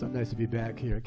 so nice to be back here